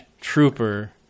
trooper